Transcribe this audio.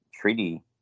treaty